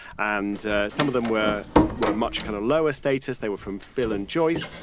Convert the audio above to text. and some of them were were much kind of lower status. they were from phil and joyce.